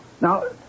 Now